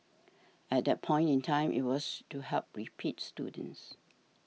at that point in time it was to help repeat students